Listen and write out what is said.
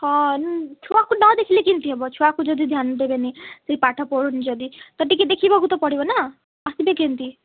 ହଁ ଛୁଆ କୁ ନ ଦେଖିଲେ କେମିତି ହବ ଛୁଆକୁ ଯଦି ଧ୍ୟାନ ଦେବେ ନି ସେ ପାଠ ପଢ଼ୁନି ଯଦି ତ ଟିକେ ଦେଖିବାକୁ ତ ପଡ଼ିବ ନା ଆସିବେ କେମିତି